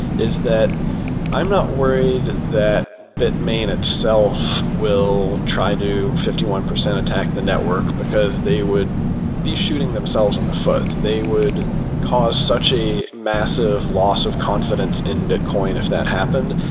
is that i'm not worried that bitmain itself will try to do fifty one percent attack the network, because they would be shooting themselves in the foot. they would cause such a massive loss of confidence in bitcoin if that happened,